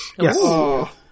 Yes